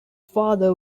father